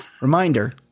Reminder